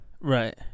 Right